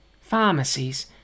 pharmacies